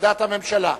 עמדת הממשלה.